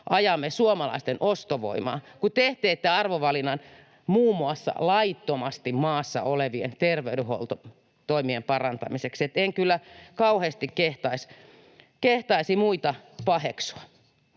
ajamme suomalaisten ostovoimaa, kun te teette arvovalinnan muun muassa laittomasti maassa olevien terveydenhuoltotoimien parantamiseksi. En kyllä kauheasti kehtaisi muita paheksua.